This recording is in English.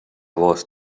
was